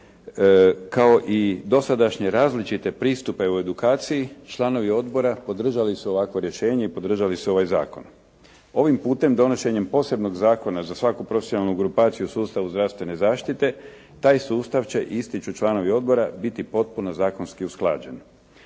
kao i dosadašnje različite pristupe u edukaciji članovi odbora podržali su ovakvo rješenje i podržali su ovaj zakon. Ovim putem donošenjem posebnog zakona za svaku profesionalnu grupaciju u sustavu zdravstvene zaštite taj sustav će ističu članovi odbora biti potpuno zakonski usklađeni.